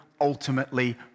ultimately